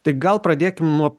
tai gal pradėkim nuo